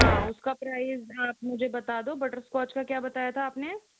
हाँ उसका प्राइज़ आप मुझे बता दो बटरस्कॉच का क्या बताया था आपने